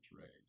raise